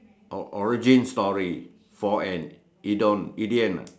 or~ origin story for an idiom idiom ah